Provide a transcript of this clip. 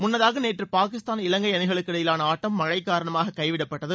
முன்னதாக நேற்று பாகிஸ்தான் இலங்கை அணிகளுக்கு இடையிலான ஆட்டம் மழை காரணமாக கைவிடப்பட்டது